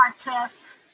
podcast